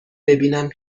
ببینم